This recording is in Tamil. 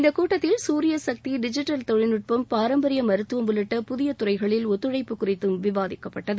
இந்தக் கூட்டத்தில் சூரிய கக்தி டிஜிட்டல் தொழில்நுட்பம் பாரம்பரிய மருத்துவம் உள்ளிட்ட புதிய துறைகளில் ஒத்துழைப்பு குறித்தும் விவாதிக்கப்பட்டது